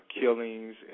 killings